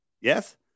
Yes